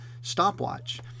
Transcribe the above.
stopwatch